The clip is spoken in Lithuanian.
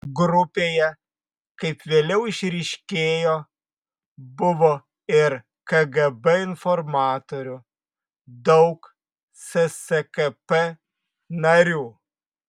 grupėje kaip vėliau išryškėjo buvo ir kgb informatorių daug sskp narių